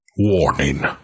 Warning